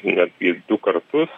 net ir du kartus